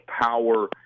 power